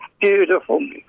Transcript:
beautiful